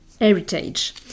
heritage